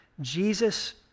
Jesus